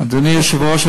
אדוני היושב-ראש,